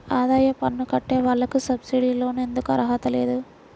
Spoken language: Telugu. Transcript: ఆదాయ పన్ను కట్టే వాళ్లకు సబ్సిడీ లోన్ ఎందుకు అర్హత లేదు?